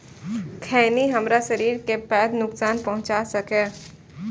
खैनी हमरा शरीर कें पैघ नुकसान पहुंचा सकै छै